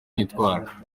nitwara